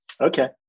Okay